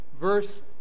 verse